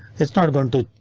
it's not going to.